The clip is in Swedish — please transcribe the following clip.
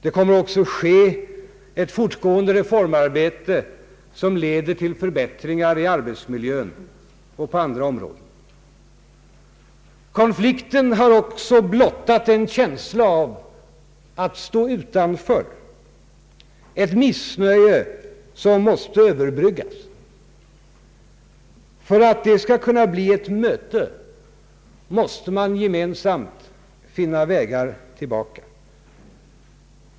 Det kommer att ske ett fortgående reformarbete som leder till förbättringar av arbetsmiljön och på andra områden. Konflikten har också blottat en känsla av att man står utanför, ett missnöje som måste överbryggas. För att man skall kunna komma till ett möte måste man gemensamt finna vägar tillbaka.